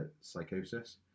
psychosis